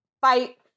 fight